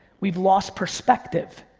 we've lost perspective.